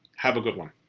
have a good one.